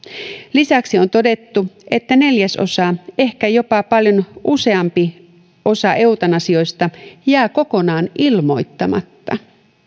lisäksi on todettu että neljäsosa ehkä jopa paljon useampi osa eutanasioista jää kokonaan ilmoittamatta